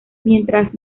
mientras